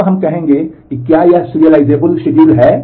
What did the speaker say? तब हम कहेंगे कि क्या यह सेरिअलिज़बॉल है